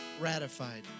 ratified